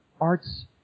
arts